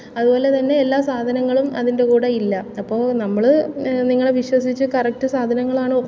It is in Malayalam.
അതുപോലെത്തന്നെ എല്ലാ സാധനങ്ങളും അതിൻ്റെ കൂടെ ഇല്ല അപ്പോൾ നമ്മൾ നിങ്ങളെ വിശ്വസിച്ച് കറക്റ്റ് സാധനങ്ങളാണോ